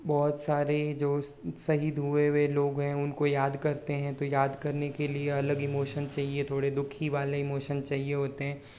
बहुत सारे जो शहीद हुए वे लोग हैं उनको याद करते हैं तो याद करने के लिए अलग इमोशन चाहिए थोड़े दुखी वाले इमोशन चाहिए होते हैं